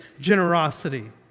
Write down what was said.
generosity